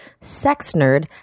SEXNERD